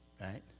right